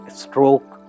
stroke